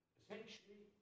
essentially